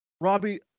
Robbie